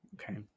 Okay